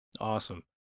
Awesome